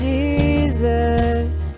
Jesus